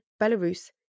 Belarus